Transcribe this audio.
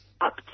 up